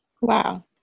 Wow